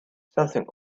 something